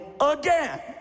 again